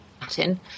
Latin